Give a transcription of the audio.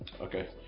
Okay